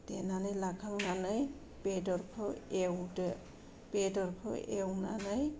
देनानै लाखांनानै बेदरखौ एवदो बेदरखौ एवनानै